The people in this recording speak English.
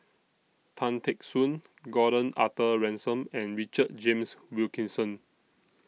Tan Teck Soon Gordon Arthur Ransome and Richard James Wilkinson